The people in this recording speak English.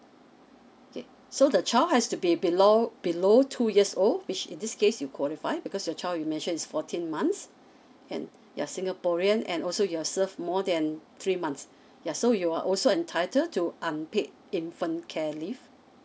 okay so the child has to be below below two years old which in this case you qualify because your child you mentioned is fourteen months and you're singaporean and also you've served more than three months yeah so you are also entitled to unpaid infant care leave